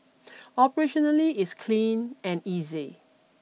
operationally it's clean and easy